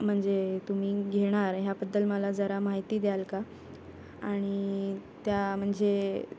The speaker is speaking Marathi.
म्हणजे तुम्ही घेणार ह्याबद्दल मला जरा माहिती द्याल का आणि त्या म्हणजे